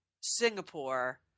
Singapore –